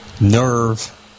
Nerve